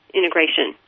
integration